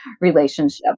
relationship